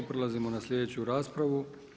Prelazimo na sljedeću raspravu.